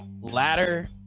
ladder